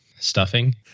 Stuffing